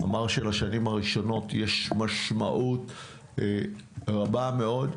אמר שלשנים הראשונות יש משמעות רבה מאוד.